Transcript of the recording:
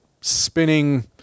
spinning